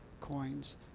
coins